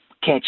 catch